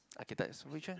okay so which one ah